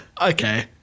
Okay